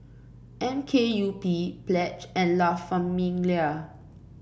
M K U P Pledge and La Famiglia